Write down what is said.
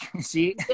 See